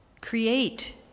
create